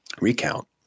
recount